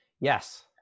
Yes